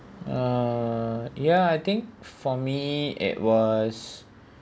uh ya I think for me it was